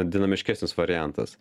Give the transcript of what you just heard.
dinamiškesnis variantas